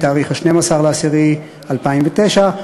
מיום 12 באוקטובר 2009,